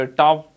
top